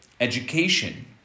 education